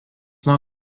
nuo